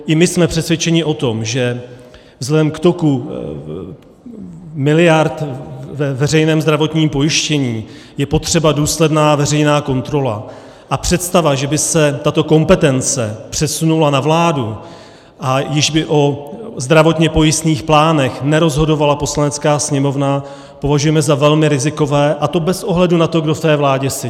I my jsme přesvědčeni o tom, že vzhledem k toku miliard ve veřejném zdravotním pojištění je potřeba důsledná veřejná kontrola, a představa, že by se tato kompetence přesunula na vládu a již by o zdravotně pojistných plánech nerozhodovala Poslanecká sněmovna, to považujeme za velmi rizikové, a to bez ohledu na to, kdo v té vládě sedí.